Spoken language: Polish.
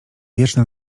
wieczne